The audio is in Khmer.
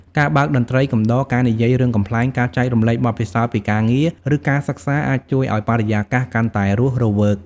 ការបើកតន្ត្រីកំដរ ការនិយាយរឿងកំប្លែង ការចែករំលែកបទពិសោធន៍ពីការងារ ឬការសិក្សា អាចជួយឱ្យបរិយាកាសកាន់តែរស់រវើក ។